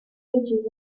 ages